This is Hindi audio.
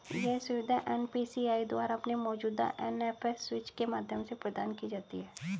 यह सुविधा एन.पी.सी.आई द्वारा अपने मौजूदा एन.एफ.एस स्विच के माध्यम से प्रदान की जाती है